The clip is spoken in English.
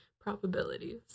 Probabilities